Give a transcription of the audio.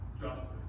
justice